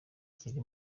kiri